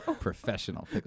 Professional